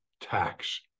tax